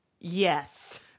yes